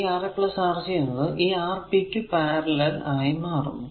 ഈ Ra Rc എന്നത് ഈ Rb ക്കു പാരലൽ ആയി മാറുന്നു